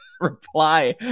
reply